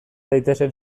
daitezen